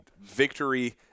victory